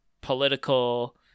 political